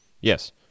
Yes